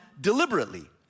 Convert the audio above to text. deliberately